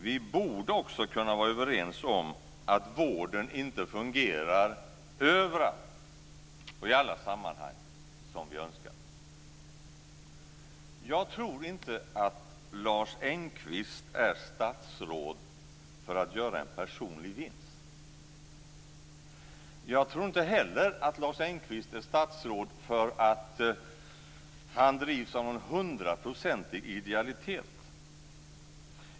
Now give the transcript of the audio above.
Vi borde också kunna vara överens om att vården inte fungerar överallt och i alla sammanhang så som vi önskar. Jag tror inte att Lars Engqvist är statsråd för att göra en personlig vinst. Jag tror inte heller att Lars Engqvist är statsråd därför att han drivs av någon hundraprocentig idealitet.